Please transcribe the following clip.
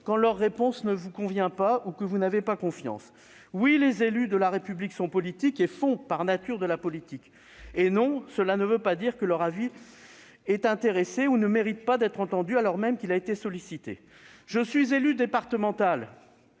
si leur réponse ne vous convient pas ou si vous n'avez pas confiance. Oui, les élus de la République sont politiques et font, par nature, de la politique, mais, non, cela ne veut pas dire que leur avis est intéressé ou ne mérite pas d'être entendu, surtout quand il a été sollicité. Je suis moi-même élu départemental